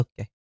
Okay